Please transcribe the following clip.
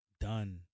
Done